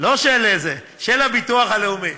לא של, של הביטוח הלאומי.